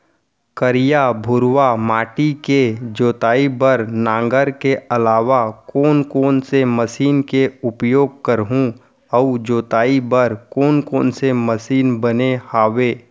करिया, भुरवा माटी के जोताई बर नांगर के अलावा कोन कोन से मशीन के उपयोग करहुं अऊ जोताई बर कोन कोन से मशीन बने हावे?